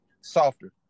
softer